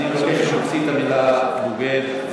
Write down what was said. אני מבקש להוציא את המילה "בוגד".